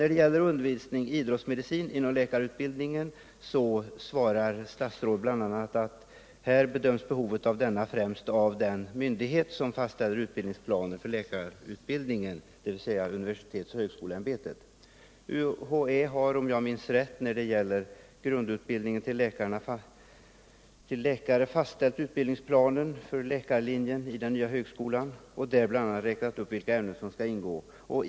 När det gäller undervisning i idrottsmedicin inom läkarutbildningen svarar statsrådet bl.a. att behovet bedöms främst av den myndighet som fastställer utbildningsplaner för läkarutbildningen, dvs. universitetsoch högskoleämbetet. UHÄ har, om jag minns rätt, när det gäller grundutbildning till läkare fastställt utbildningsplaner för läkarlinjen i den nya högskolan och bl.a. räknat upp vilka ämnen som skall ingå.